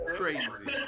crazy